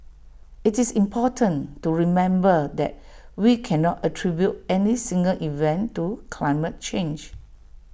IT is important to remember that we cannot attribute any single event to climate change